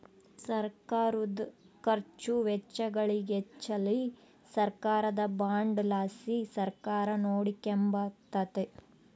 ಸರ್ಕಾರುದ ಖರ್ಚು ವೆಚ್ಚಗಳಿಚ್ಚೆಲಿ ಸರ್ಕಾರದ ಬಾಂಡ್ ಲಾಸಿ ಸರ್ಕಾರ ನೋಡಿಕೆಂಬಕತ್ತತೆ